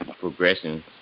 progression